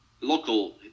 local